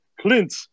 Clint